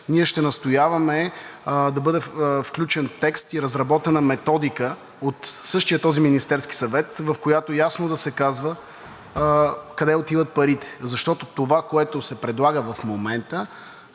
ние ще настояваме да бъде включен текст и разработена методика от същия този Министерски съвет, в която ясно да се казва къде отиват парите, защото това, което се предлага в момента,